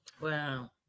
Wow